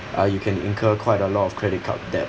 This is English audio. uh you can incur quite a lot of credit card debt